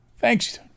Thanks